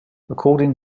according